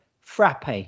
Frappe